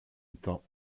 étant